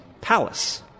palace